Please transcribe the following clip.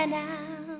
now